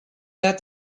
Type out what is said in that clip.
that